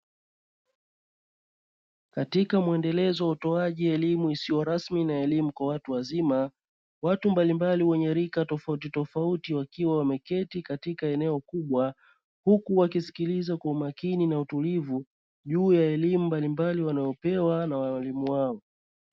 Katika mwendelezo wa utoaji elimu isiyo rasmi na elimu kwa watu wazima, watu mbalimbali wenye rika tofautitofauti wakiwa wameketi katika eneo kubwa, huku wakisikiliza kwa umakini na utulivu juu ya elimu mbalimbali wanayopewa na walimu wao.